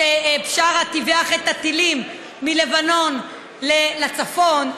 שבשארה טיווח את הטילים מלבנון לצפון,